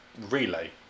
relay